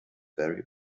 very